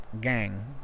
gang